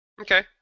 Okay